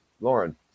Lauren